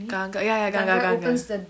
ganga ya ya ganga ganga